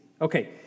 Okay